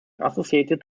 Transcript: associated